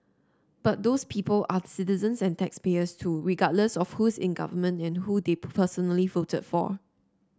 but those people are citizens and taxpayers too regardless of who's in government and who they personally voted for